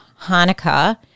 Hanukkah